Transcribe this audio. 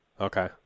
Okay